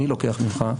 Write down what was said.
אני לוקח ממך,